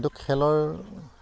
কিন্তু খেলৰ